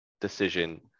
decision